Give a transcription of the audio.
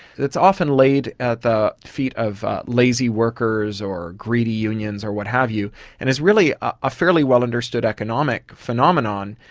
it's often laid at the feet of lazy workers or greedy unions or what have you and is really a fairly well understood economic phenomenon.